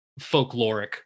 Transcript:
folkloric